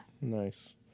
Nice